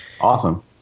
Awesome